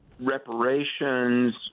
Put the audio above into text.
reparations